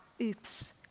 oops